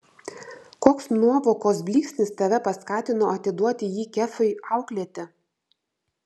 koks nuovokos blyksnis tave paskatino atiduoti jį kefui auklėti